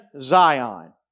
Zion